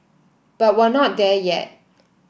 but we're not there yet